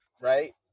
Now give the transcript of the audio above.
right